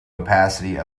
opacity